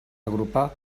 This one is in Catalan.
agrupar